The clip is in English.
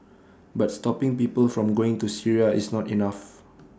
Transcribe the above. but stopping people from going to Syria is not enough